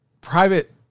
private